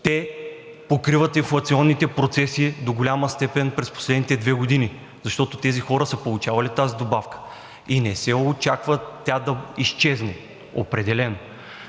Те покриват инфлационните процеси до голяма степен през последните две години, защото тези хора са получавали тази добавка, и не се очаква тя да изчезне – определено.